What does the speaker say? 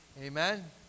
Amen